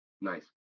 Nice